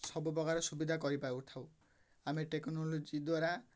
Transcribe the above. ସବୁ ପ୍ରକାର ସୁବିଧା କରିପାରିଥାଉ ଆମେ ଟେକ୍ନୋଲୋଜି ଦ୍ୱାରା